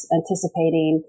anticipating